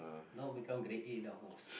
now become grade A horse